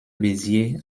béziers